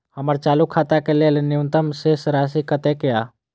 हमर चालू खाता के लेल न्यूनतम शेष राशि कतेक या?